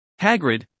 Hagrid